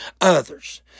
others